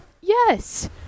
Yes